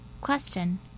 Question